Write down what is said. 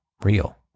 real